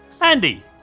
Andy